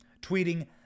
tweeting